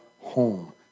home